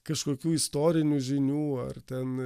kažkokių istorinių žinių ar ten